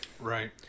Right